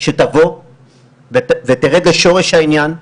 שתבוא ותרד לשורש העניין,